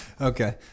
Okay